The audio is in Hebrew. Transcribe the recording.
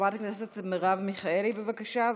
חברת הכנסת מרב מיכאלי, בבקשה.